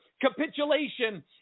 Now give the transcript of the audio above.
capitulation